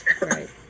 Right